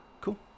cool